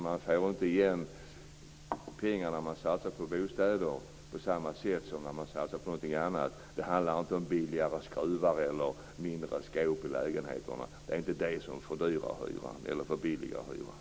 Man får inte igen de pengar man satsar på bostäder på samma sätt som när man satsar på någonting annat. Det handlar inte om billigare skruvar eller mindre skåp i lägenheterna. Det är inte det som fördyrar eller förbilligar hyran.